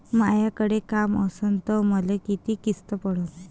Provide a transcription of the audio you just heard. मायाकडे काम असन तर मले किती किस्त पडन?